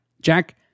Jack